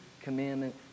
commandment